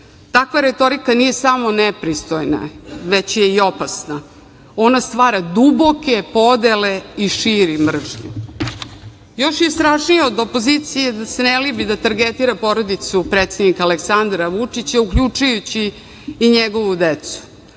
retorika nije samo nepristojna, već je i opasna, ona stvara duboke podele i širi mržnju. Još je strašnije od opozicije da se ne libi da targetira porodicu predsednika Aleksandra Vučića, uključujući i njegovu decu.